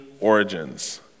origins